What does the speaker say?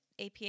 APA